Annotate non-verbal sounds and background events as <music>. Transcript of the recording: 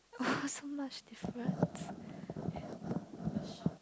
<noise> so much difference